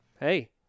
hey